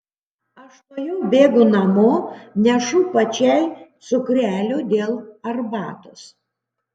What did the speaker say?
aš tuojau bėgu namo nešu pačiai cukrelio dėl arbatos